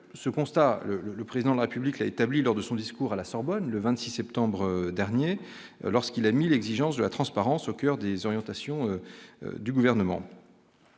ce constat, le président de la République l'a établi lors de son discours à la Sorbonne le 26 septembre dernier lorsqu'il a mis l'exigence de la transparence, au coeur des orientations du gouvernement